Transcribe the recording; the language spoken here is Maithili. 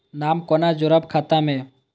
नाम कोना जोरब खाता मे